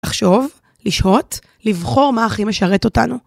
לחשוב, לשהות, לבחור מה הכי משרת אותנו.